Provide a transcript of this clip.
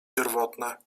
pierwotne